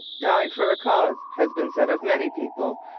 died for a cause has been said of many people,